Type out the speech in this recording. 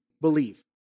believe